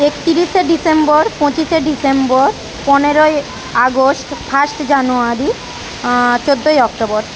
একত্রিশে ডিসেম্বর পঁচিশে ডিসেম্বর পনেরোই আগস্ট ফাস্ট জানুয়ারি চৌদ্দই অক্টোবর